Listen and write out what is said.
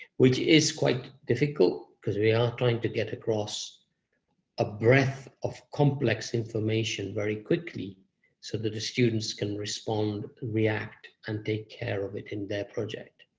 which is quite difficult because we are trying to get across a breadth of complex information very quickly so that the students can respond, react, and take care of it in their project.